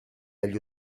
agli